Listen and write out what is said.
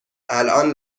الان